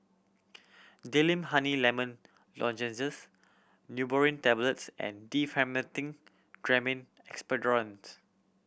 Honey Lemon Lozenges Neurobion Tablets and Diphenhydramine Expectorant